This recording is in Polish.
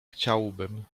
chciałbym